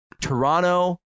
Toronto